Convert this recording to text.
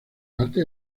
parte